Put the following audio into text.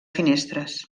finestres